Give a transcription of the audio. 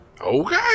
Okay